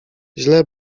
źle